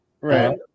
Right